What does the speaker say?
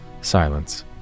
silence